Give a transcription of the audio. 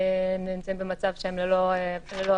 נמצאים במצב שהם ללא עבודה,